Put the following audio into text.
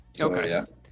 Okay